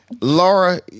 Laura